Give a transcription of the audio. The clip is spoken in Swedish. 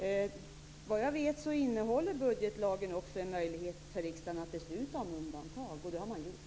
Fru talman! Såvitt jag vet innehåller budgetlagen också en möjlighet för riksdagen att besluta om undantag, och det har man gjort.